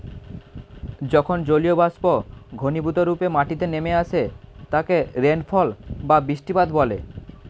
যখন জলীয়বাষ্প ঘনীভূতরূপে মাটিতে নেমে আসে তাকে রেনফল বা বৃষ্টিপাত বলে